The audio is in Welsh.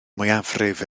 mwyafrif